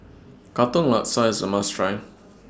Katong Laksa IS A must Try